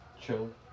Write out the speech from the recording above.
Chill